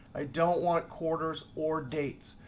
i don't want quarters or dates.